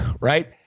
right